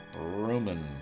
Roman